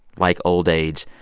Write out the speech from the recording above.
like old age,